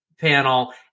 panel